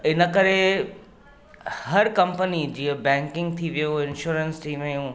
इन करे हर कंपनी जीअं बैंकिंग थी वियो इंशोरेंस थी वियूं